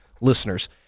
listeners